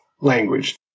language